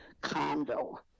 condo